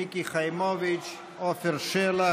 מיקי חיימוביץ'; עפר שלח,